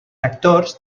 actors